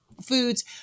foods